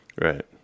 Right